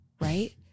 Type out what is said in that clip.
right